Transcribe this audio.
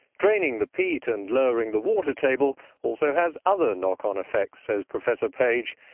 draining the peat and lowering the water table also has other knock-on effects, says professor page,